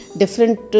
different